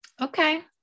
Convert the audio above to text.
Okay